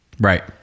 Right